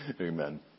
Amen